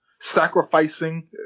sacrificing